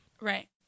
right